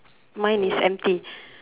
mine is empty